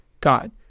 God